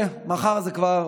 מחר זה כבר